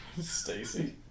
Stacy